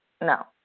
No